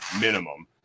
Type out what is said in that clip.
minimum